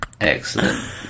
Excellent